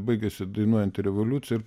baigėsi dainuojanti revoliucija